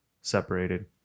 separated